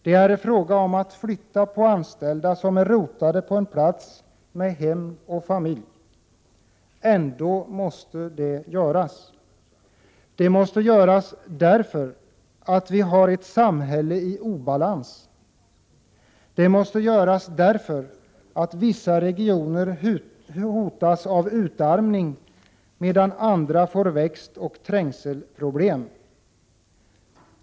Det är fråga om att flytta på anställda som är rotade på en plats med hem och familj. Ändå måste det göras. Det måste göras därför att vi har ett samhälle i obalans. Det måste göras därför att vissa regioner hotas av utarmning, medan andra får växtoch trängselproblem.